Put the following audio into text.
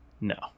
No